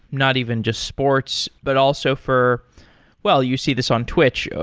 not even just sports, but also for well, you see this on twitch.